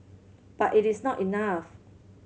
but it is not enough